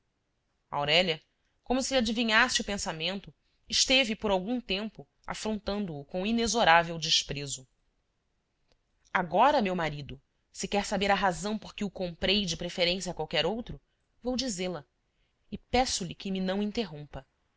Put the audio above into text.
aurélia como se lhe adivinhasse o pensamento esteve por algum tempo afrontando o com inexorável desprezo agora meu marido se quer saber a razão por que o comprei de preferência a qualquer outro vou dizê la e peço-lhe que me não interrompa